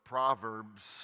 Proverbs